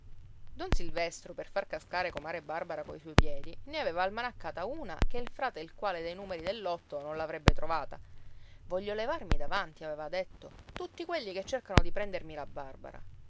don silvestro per far cascare comare barbara coi suoi piedi ne aveva almanaccata una che il frate il quale dà i numeri del lotto non l'avrebbe trovata voglio levarmi davanti aveva detto tutti quelli che cercano di prendermi la barbara